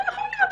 יכול להיות,